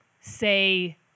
say